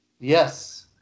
Yes